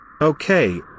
Okay